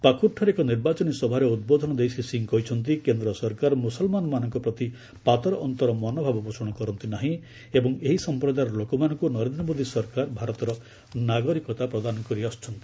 ପାକ୍ରରଠାରେ ଏକ ନିର୍ବାଚନୀ ସଭାରେ ଉଦ୍ବୋଧନ ଦେଇ ଶ୍ରୀ ସିଂହ କହିଛନ୍ତି କେନ୍ଦ୍ର ସରକାର ମୁସଲମାନମାନଙ୍କ ପ୍ରତି ପାତରଅନ୍ତର ମନଭାବ ପୋଷଣ କରନ୍ତିନାହିଁ ଏବଂ ଏହି ସମ୍ପ୍ରଦାୟର ଲୋକମାନଙ୍କୁ ନରେନ୍ଦ୍ର ମେଦୀ ସରକାର ଭାରତର ନାଗରିକତା ପ୍ରଦାନ କରିଚ୍ଛନ୍ତି